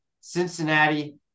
Cincinnati